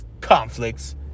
conflicts